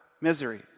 misery